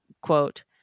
quote